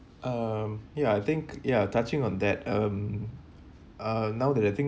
um ya I think ya touching on that um uh now that I think